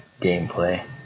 gameplay